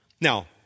Now